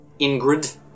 Ingrid